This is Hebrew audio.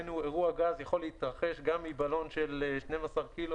חובות והגבלות על בעל רישיון ספק גז